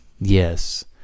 Yes